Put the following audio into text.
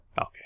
Okay